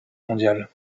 mondiale